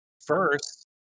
first